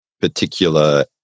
particular